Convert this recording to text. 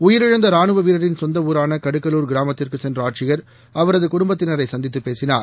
உயிரிழந்த ராணுவ வீராரின் சொந்த ஊரான கடுக்கலூர் கிராமத்திற்குச் சென்ற ஆட்சியர் அவரது குடுப்பத்தினரை சந்தித்து பேசினார்